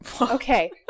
okay